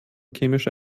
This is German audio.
chemische